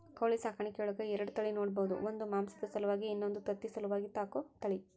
ಕೋಳಿ ಸಾಕಾಣಿಕೆಯೊಳಗ ಎರಡ ತಳಿ ನೋಡ್ಬಹುದು ಒಂದು ಮಾಂಸದ ಸಲುವಾಗಿ ಇನ್ನೊಂದು ತತ್ತಿ ಸಲುವಾಗಿ ಸಾಕೋ ತಳಿ